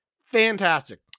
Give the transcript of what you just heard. Fantastic